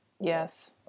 Yes